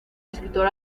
escritor